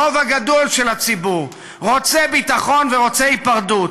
הרוב הגדול של הציבור רוצה ביטחון ורוצה היפרדות.